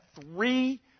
three